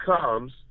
comes